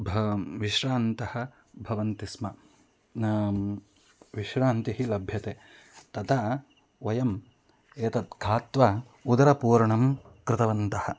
भवामः विश्रान्ताः भवन्ति स्म विश्रान्तिः लभ्यते तदा वयम् एतत् खादित्वा उदरपूर्णं कृतवन्तः